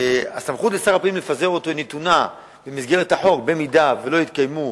והסמכות של שר הפנים להדיח אותו נתונה במסגרת החוק אם לא יתקיימו